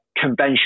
conventional